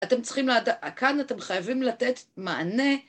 אתם צריכים לעד... כאן אתם חייבים לתת מענה.